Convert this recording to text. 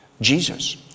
Jesus